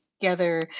together